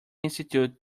institute